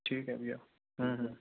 ठीक है भैया